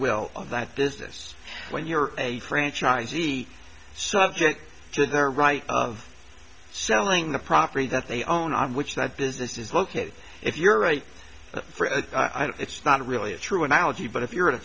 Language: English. of that business when you're a franchisee subject to their right of selling the property that they own on which that business is located if you're right it's not really a true analogy but if you're a